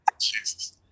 Jesus